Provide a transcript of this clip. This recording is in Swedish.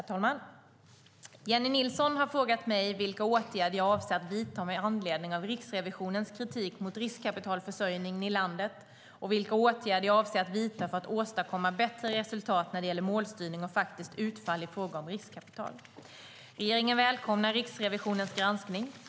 Herr talman! Jennie Nilsson har frågat mig vilka åtgärder jag avser att vidta med anledning av Riksrevisionens kritik mot riskkapitalförsörjningen i landet och vilka åtgärder jag avser att vidta för att åstadkomma bättre resultat när det gäller målstyrning och faktiskt utfall i fråga om riskkapital. Regeringen välkomnar Riksrevisionens granskning.